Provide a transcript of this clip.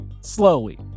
slowly